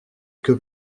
que